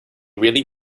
really